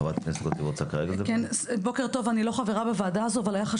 חברת הכנסת גוטליב, את רוצה לדבר?